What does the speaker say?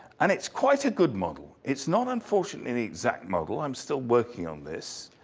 and it's quite a good model. it's not unfortunately the exact model, i'm still working on this.